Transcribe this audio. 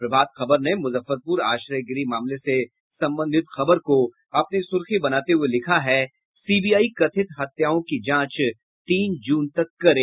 प्रभात खबर ने मुजफ्फरपूर आश्रेय गृह मामला से संबंधित खबर को अपनी सुर्खी बनाते हुए लिखा है सीबीआई कथित हत्याओं की जांच तीन जून तक करे